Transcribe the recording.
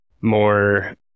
more